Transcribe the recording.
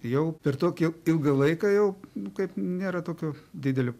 jau per tokį ilgą laiką jau kaip nėra tokio didelio